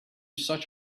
such